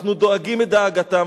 אנחנו דואגים את דאגתם,